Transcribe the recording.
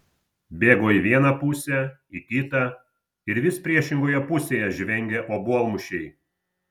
bėgo į vieną pusę į kitą ir vis priešingoje pusėje žvengė obuolmušiai